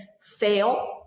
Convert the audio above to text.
fail